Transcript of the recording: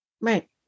Right